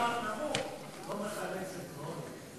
עבודה בשכר נמוך לא מחלצת מעוני,